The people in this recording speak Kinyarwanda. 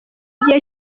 gihe